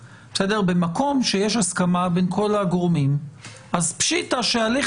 במקום שיש הסכמה בין כל הגורמים פשיטתא שהליך